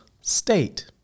state